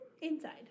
inside